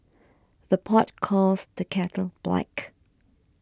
the pot calls the kettle black